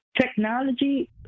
technology